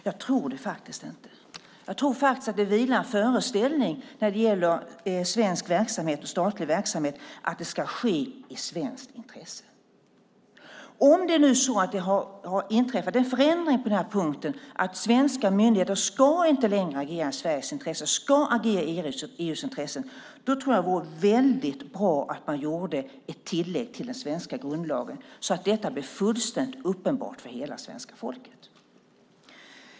Jag tror faktiskt inte det, utan jag tror att här finns en föreställning om att svensk och statlig verksamhet ska ske i svenskt intresse. Om det nu är så att en förändring inträffat på den här punkten och svenska myndigheter inte längre ska agera i Sveriges intresse utan ska agera i EU:s intresse vore det, tror jag, väldigt bra om det gjordes ett tillägg till den svenska grundlagen så att detta blir fullständigt uppenbart för hela svenska folket.